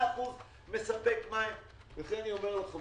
94% מספק מים וכולי.